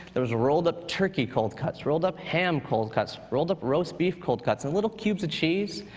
there was rolled up turkey cold cuts, rolled up ham cold cuts, rolled up roast beef cold cuts and little cubes of cheese.